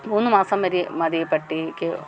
മൂന്ന് മാസം മതി മതി പട്ടിക്ക്